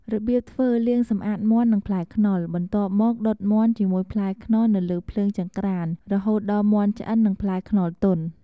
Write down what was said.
របៀបធ្វើលាងសម្អាតមាន់ និងផ្លែខ្នុរ បន្ទាប់មកដុតមាន់ជាមួយផ្លែខ្នុរនៅលើភ្លើងចង្ក្រាន រហូតដល់មាន់ឆ្អិន និង ផ្លែខ្នុរទន់។